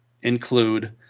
include